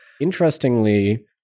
Interestingly